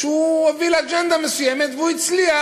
שהוביל אג'נדה מסוימת והוא הצליח,